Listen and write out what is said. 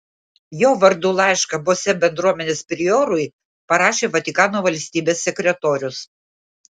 jo vardu laišką bose bendruomenės priorui parašė vatikano valstybės sekretorius